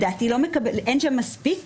ליצור אפיון כללי לאותם סוגים של כספים,